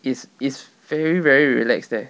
is is very very relax there